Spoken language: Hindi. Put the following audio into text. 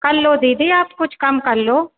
कर लो दीदी आप कुछ कम कर लो